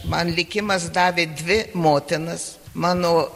man likimas davė dvi motinas mano